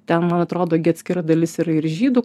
ten man atrodo gi atskira dalis yra ir žydų